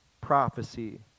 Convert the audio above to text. prophecy